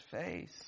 face